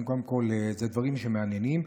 קודם כול, אלה דברים שמעניינים.